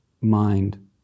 mind